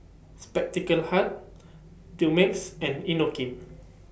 Spectacle Hut Dumex and Inokim